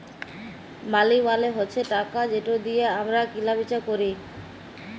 মালি মালে হছে টাকা যেট দিঁয়ে আমরা কিলা বিচা ক্যরি